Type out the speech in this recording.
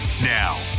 Now